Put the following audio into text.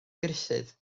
gruffudd